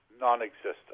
non-existent